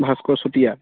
Bhaskar Chutia